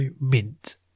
mint